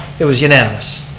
it was unanimous?